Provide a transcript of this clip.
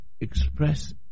express